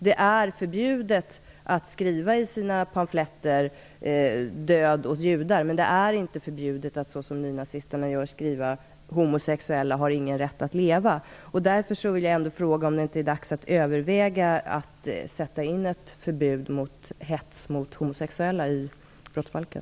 Det är förbjudet att skriva i sina pamfletter "Död åt judar" men det är inte förbjudet att så som nynazisterna gör skriva "Homosexuella har ingen rätt att leva". Därför vill jag ändå fråga om det inte är dags att överväga att sätta in ett förbud mot hets mot homosexuella i brottsbalken.